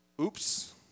Oops